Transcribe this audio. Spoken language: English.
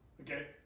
Okay